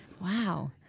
Wow